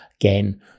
again